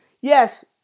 yes